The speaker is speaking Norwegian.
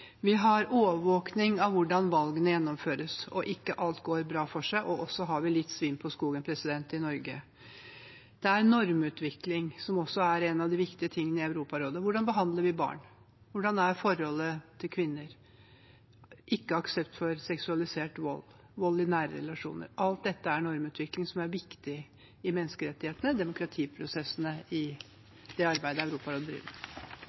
Vi har inngått konvensjoner. Vi har overvåkning av hvordan valgene gjennomføres, og ikke alt går bra for seg. Vi har også litt svin på skogen i Norge. Det handler om normutvikling, som også er noe av det viktige i Europarådet: hvordan vi behandler barn, hvordan forholdet er til kvinner, ikke aksept for seksualisert vold, vold i nære relasjoner. Alt dette er normutvikling som er viktig for menneskerettighetene og demokratiprosessene i det arbeidet Europarådet driver med.